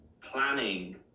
planning